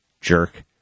jerk